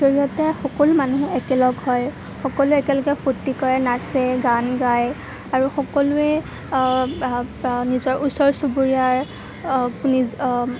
জৰিয়তে সকলো মানুহ একেলগ হয় সকলোৱে একেলগে ফূৰ্তি কৰে নাচে গান গায় আৰু সকলোৱে নিজৰ ওচৰ চুবুৰীয়াৰ নিজৰ